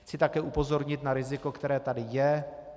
Chci také upozornit na riziko, které tady je.